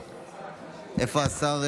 הכנסת.